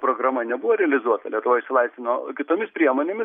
programa nebuvo realizuota lietuva išsilaisvino kitomis priemonėmi